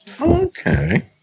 Okay